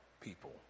people